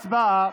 הצבעה.